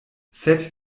sed